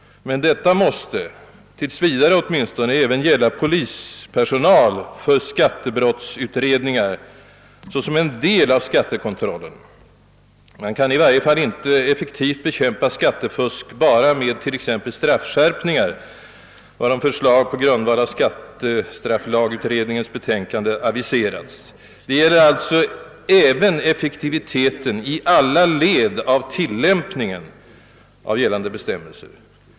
Men detta måste, åtminstone tills vidare, även gälla polispersonal för skattebrottsutredningar såsom en del av skattekontrollen. Man kan i varje fall inte effektivt bekämpa skattefusk bara med t.ex. straffskärpningar, varom förslag på grundval av skattelagsutredningens betänkande aviserats. Det gäller alltså även effektiviteten i tillämpningen i alla led av gällande bestämmelser.